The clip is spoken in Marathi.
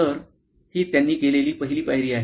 तर ही त्यांनी केलेली पहिली पायरी आहे